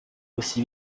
aussi